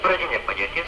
pradinė padėtis